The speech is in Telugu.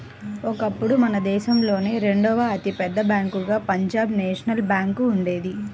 ఒకప్పుడు మన దేశంలోనే రెండవ అతి పెద్ద బ్యేంకుగా పంజాబ్ నేషనల్ బ్యేంకు ఉండేది